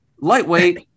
lightweight